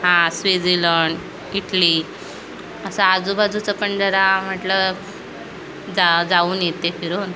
हा Switzerland Italy असं आजूबाजूचं पण जरा म्हटलं जा जाऊन येते फिरून